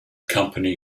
company